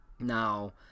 Now